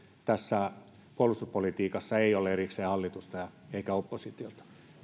tässä puolustuspolitiikassa ei ole erikseen hallitusta ja oppositiota